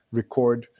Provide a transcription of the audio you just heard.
record